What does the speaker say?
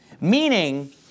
meaning